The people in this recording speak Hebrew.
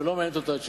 וזכותו לענות.